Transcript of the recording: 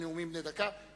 הנאומים בני הדקה.